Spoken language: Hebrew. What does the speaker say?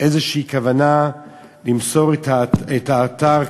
איזו כוונה למסור את האתר,